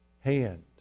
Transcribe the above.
hand